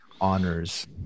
honors